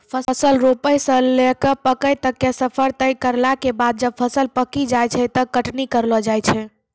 फसल रोपै स लैकॅ पकै तक के सफर तय करला के बाद जब फसल पकी जाय छै तब कटनी करलो जाय छै